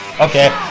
Okay